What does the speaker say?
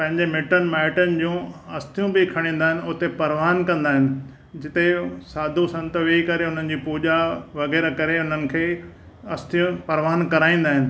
पंहिंजे मिटनि माइटुनि जों अस्थियूं बि खणी वेंदा आहिनि उते परवानु कंदा आहिनि जिते साधू संत वेही करे हुननि जी पूजा वग़ैरह करे हुननि खे अस्थियूं परवानु कराईंदा आहिनि